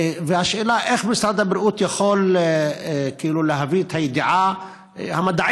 השאלה היא איך משרד הבריאות יכול להביא את הידיעה המדעית,